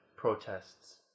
protests